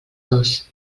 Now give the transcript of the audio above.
dos